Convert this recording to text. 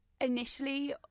initially